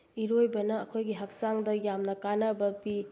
ꯏꯔꯣꯏꯕꯅ ꯑꯩꯈꯣꯏꯒꯤ ꯍꯛꯆꯥꯡꯗ ꯌꯥꯝꯅ ꯀꯥꯟꯅꯕ ꯄꯤ